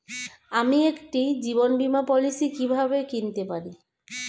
আমি একটি জীবন বীমা পলিসি কিভাবে কিনতে পারি?